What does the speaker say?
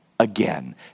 Again